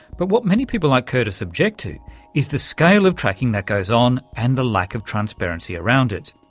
but what many people like curtis object to is the scale of tracking that goes on and the lack of transparency around it.